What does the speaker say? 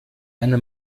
eine